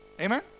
Amen